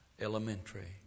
elementary